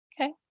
Okay